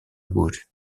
wood